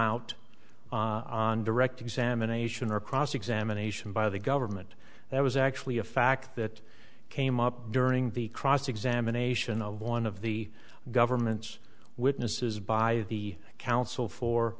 out on direct examination or cross examination by the government that was actually a fact that came up during the cross examination of one of the government's witnesses by the counsel for